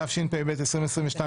התשפ"ב-2022,